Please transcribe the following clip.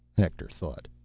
hector thought.